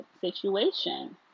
situation